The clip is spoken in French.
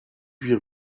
huit